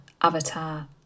avatar